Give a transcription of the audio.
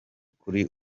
kuri